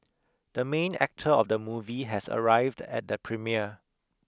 the main actor of the movie has arrived at the premiere